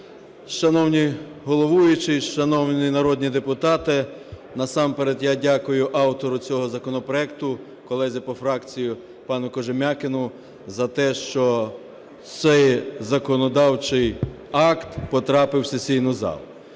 Шановний головуючий, шановні народні депутати, насамперед я дякую автору цього законопроекту, колезі по фракції пану Кожем'якіну за те, що цей законодавчий акт потрапив в сесійну залу.